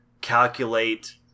calculate